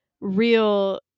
real